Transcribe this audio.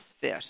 fit